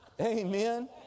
Amen